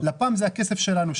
לפ"ם זה הכסף שלנו,